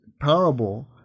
parable